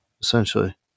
essentially